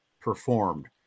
performed